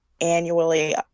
annually